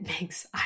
makes